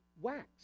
wax